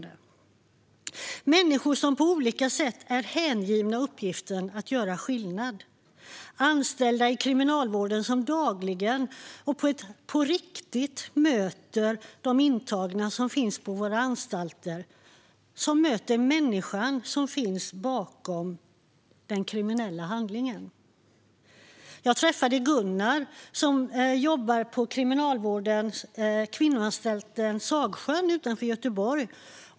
Det är människor som på olika sätt är hängivna uppgiften att göra skillnad, anställda i Kriminalvården som dagligen och på riktigt möter de intagna som finns på våra anstalter och som möter människan som finns bakom den kriminella handlingen. Jag träffade Gunnar som jobbar på kvinnoanstalten Sagsjön utanför Göteborg.